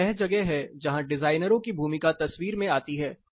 यह वह जगह है जहां डिजाइनरों की भूमिका तस्वीर में आती है